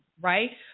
Right